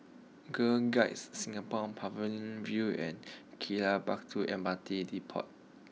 Girl Guides Singapore Pavilion view and Gali Batu M R T Depot